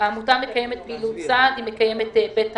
העמותה מקיימת פעילות סעד, היא מקיימת בית תמחוי.